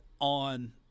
on